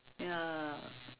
ya